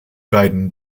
beiden